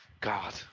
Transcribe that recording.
God